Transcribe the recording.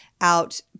out